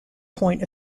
point